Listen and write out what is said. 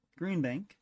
Greenbank